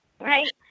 right